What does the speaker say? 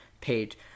page